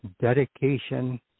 dedication